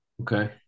Okay